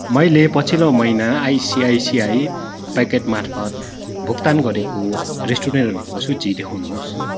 मैले पछिल्लो महिना आइसिआइसिआई प्याकेटमार्फत भुक्तान गरेको रेस्टुरेन्टहरूको सूची देखाउनुहोस्